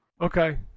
Okay